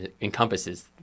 encompasses